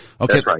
okay